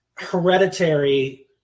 hereditary